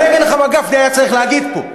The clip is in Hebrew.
אני אגיד לך מה גפני היה צריך להגיד פה.